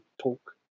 talk